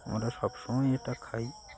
আমরা সব সময়ই এটা খাই